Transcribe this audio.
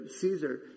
Caesar